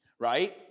Right